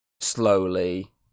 slowly